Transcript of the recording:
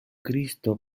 cristo